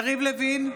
יריב לוין,